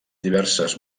diverses